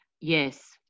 Yes